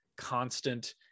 constant